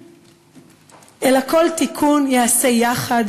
אלא כל תיקון ייעשה יחד,